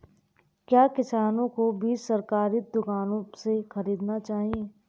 क्या किसानों को बीज सरकारी दुकानों से खरीदना चाहिए?